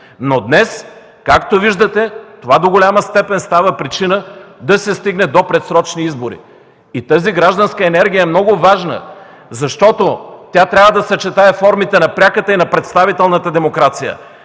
Днес, както виждате, това до голяма степен става причина да се стигне до предсрочни избори. Тази гражданска енергия е много важна, защото тя трябва да съчетае формите на пряката и на представителната демокрация,